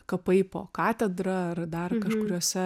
kapai po katedra ar dar kažkuriuose